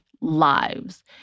lives